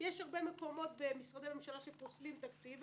יש הרבה מקומות במשרדי ממשלה שפוסלים תקציב,